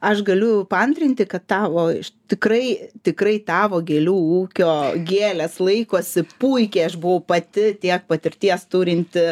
aš galiu paantrinti kad tavo iš tikrai tikrai tavo gėlių ūkio gėlės laikosi puikiai aš buvau pati tiek patirties turinti